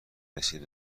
رسید